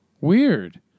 weird